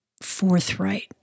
forthright